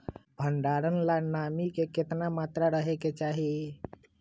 भंडारण ला नामी के केतना मात्रा राहेके चाही?